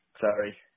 Sorry